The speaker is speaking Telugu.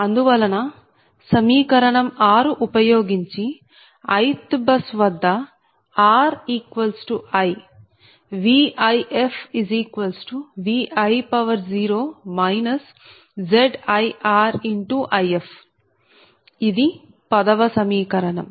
అందువలన సమీకరణం 6 ఉపయోగించి ith బస్ వద్ద ri VifVi0 ZirIf ఇది 10 వ సమీకరణం